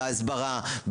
בהסברה,